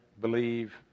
believe